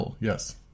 yes